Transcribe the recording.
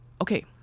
okay